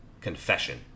Confession